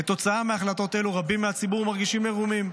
כתוצאה מהחלטות אלו, רבים בציבור מרגישים מרומים.